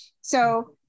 So-